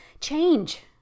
change